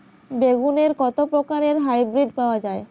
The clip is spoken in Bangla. বেগুনের কত প্রকারের হাইব্রীড পাওয়া যায়?